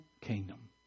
kingdom